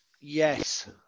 Yes